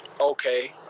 Okay